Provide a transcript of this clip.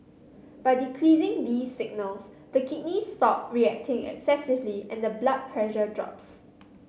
by decreasing these signals the kidneys stop reacting excessively and the blood pressure drops